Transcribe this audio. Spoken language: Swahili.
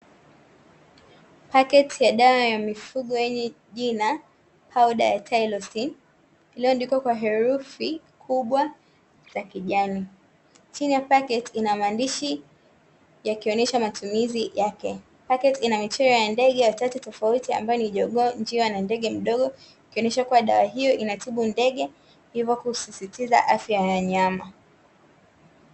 paketi ya dawa ya mifugo yenye jina (TYLOSIN), iliyoandikwa kwa herufi kubwa za kijani, chini ya paketi ina maandishi yakionyesha matumizi yake. Paketi ina picha ya ndege watatu tofauti ambae ni jogoo, njiwa na ndege mdogo, ikionyesha dawa hiyo inatibu ndege, hivyo kusisitiza afya ya wanyama .